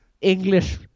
English